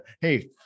hey